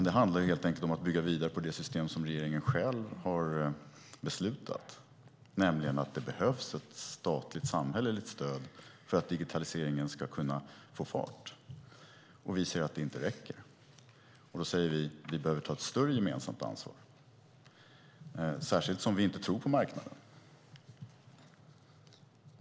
Det handlar helt enkelt om att bygga vidare på det system som regeringen själv har beslutat, nämligen att det behövs ett statligt, samhälleligt stöd för att digitaliseringen ska kunna få fart. Vi ser att det inte räcker, och då säger vi att vi behöver ta ett större gemensamt ansvar, särskilt som vi inte tror på marknaden.